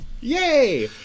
Yay